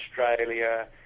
Australia